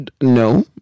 no